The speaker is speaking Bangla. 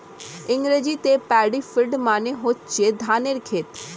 ইংরেজিতে প্যাডি ফিল্ড মানে হচ্ছে ধানের ক্ষেত